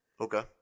Okay